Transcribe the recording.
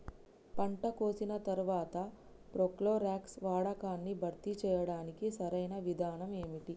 పంట కోసిన తర్వాత ప్రోక్లోరాక్స్ వాడకాన్ని భర్తీ చేయడానికి సరియైన విధానం ఏమిటి?